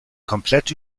komplett